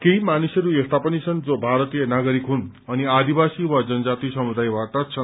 केही मानिसहरू यस्ता पनि छन् जो भारतीय नागरिक हुन् अनि आदिवासी वा जनजाति समुदायबाट छन्